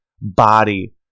body